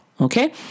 Okay